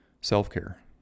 Self-care